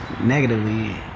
negatively